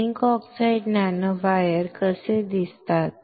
zinc oxide nanowire कसे दिसतात